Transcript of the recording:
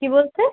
কী বলছে